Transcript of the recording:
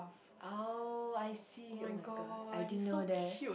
oh I see oh-my-God I didn't know that